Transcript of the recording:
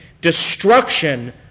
destruction